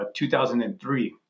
2003